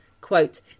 quote